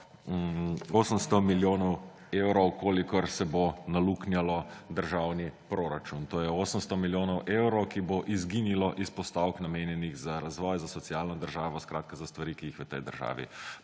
800 milijonov evrov, kolikor se bo naluknjalo državni proračun. To je 800 milijonov evrov, ki bodo izginili s postavk, namenjenih za razvoj, za socialno državo; skratka za stvari, ki jih v tej državi